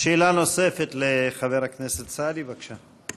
שאלה נוספת לחבר הכנסת סעדי, בבקשה.